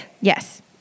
Yes